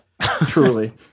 Truly